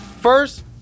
First